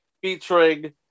featuring